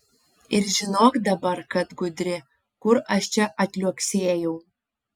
ir žinok dabar kad gudri kur aš čia atliuoksėjau